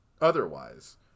otherwise